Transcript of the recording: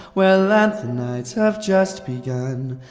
where lanthanides have just begun.